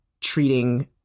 treating